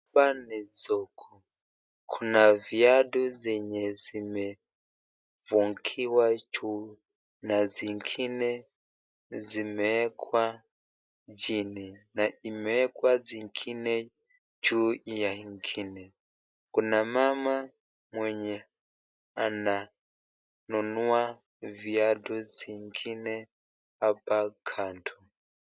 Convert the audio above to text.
Hapa ni soko. Kuna viatu zenye zimefungiwa juu na zingine zimewekwa chini na imewekwa zingine juu ya ingine. Kuna mama mwenye ananunua viatu zingine hapa kando.